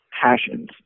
passions